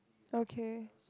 okay